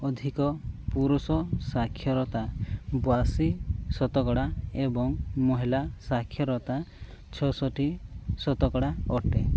ଅଧିକ ପୁରୁଷ ସାକ୍ଷରତା ବୟାଅଶୀ ଶତକଡ଼ା ଏବଂ ମହିଳା ସାକ୍ଷରତା ଛଅଷଠି ଶତକଡ଼ା ଅଟେ